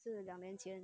是两年前